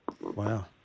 Wow